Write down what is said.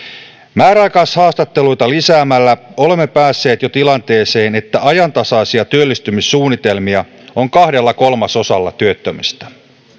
määräaikaishaastatteluita lisäämällä olemme päässeet jo tilanteeseen että ajantasaisia työllistymissuunnitelmia on kahdella kolmasosalla työttömistä